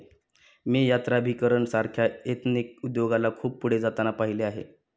मी यात्राभिकरण सारख्या एथनिक उद्योगाला खूप पुढे जाताना पाहिले आहे